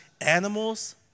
animals